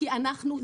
תודה רבה.